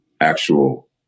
actual